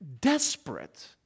desperate